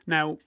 Now